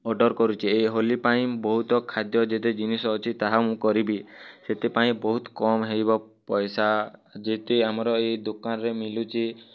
order କରୁଛି ଏଇ ହୋଲି ପାଇଁ ବହୁତ ଖାଦ୍ୟ ଯେତେ ଜିନିଷ ଅଛି ତାହା ମୁଁ କରିବି ସେଥିପାଇଁ ବହୁତ କମ୍ ହେବ ପଇସା ଯେତେ ଆମର ଏଇ ଦୋକାନରେ ମିଳୁଛି